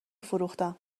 فروختم